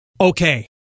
Okay